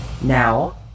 Now